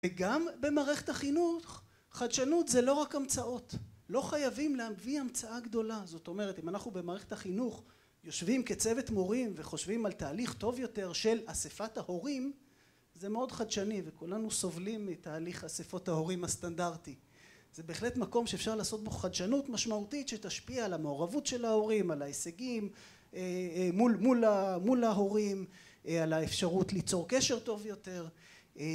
וגם במערכת החינוך, חדשנות זה לא רק המצאות, לא חייבים להביא המצאה גדולה. זאת אומרת, אם אנחנו במערכת החינוך, יושבים כצוות מורים וחושבים על תהליך טוב יותר של אספת ההורים, זה מאוד חדשני וכולנו סובלים מתהליך אספות ההורים הסטנדרטי. זה בהחלט מקום שאפשר לעשות בו חדשנות משמעותית שתשפיע על המעורבות של ההורים, על ההישגים מול ההורים, על האפשרות ליצור קשר טוב יותר,